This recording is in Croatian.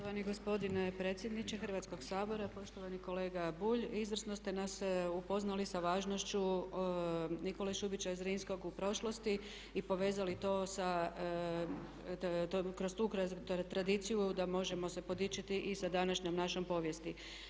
Poštovani gospodine predsjedniče Hrvatskog sabora, poštovani kolega Bulj izvrsno ste nas upoznali sa važnošću Nikole Šubića Zrinskog u prošlosti i povezali to kroz tu tradiciju da možemo se podičiti i sa današnjom našom povijesti.